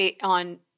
on